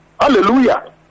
Hallelujah